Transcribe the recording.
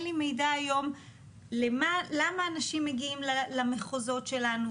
לי מידע היום למה אנשים מגיעים למחוזות שלנו,